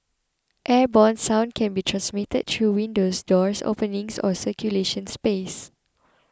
airborne sound can be transmitted through windows doors openings or circulation space